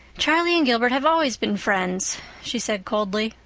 charlie and gilbert have always been friends, she said coldly.